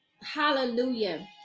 Hallelujah